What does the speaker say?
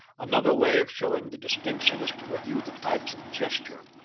another way of showing the distinction is to review the types of gesture.